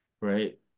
right